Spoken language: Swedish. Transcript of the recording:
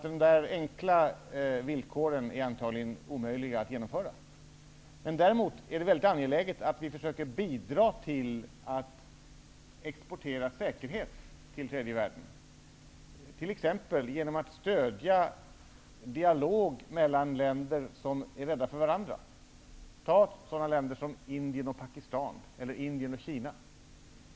Dessa enkla villkor är antagligen omöjliga att genomföra. Däremot är det mycket angeläget att vi försöker bidra till att exportera säkerhet till tredje världen. Det kan vi t.ex. göra genom att stödja en dialog mellan länder som är rädda för varandra. Man kan som exempel ta sådana länder som Indien och Pakistan, eller Indien och Kina.